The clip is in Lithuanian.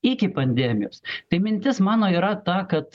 iki pandemijos tai mintis mano yra ta kad